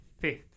fifth